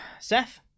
Seth